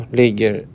ligger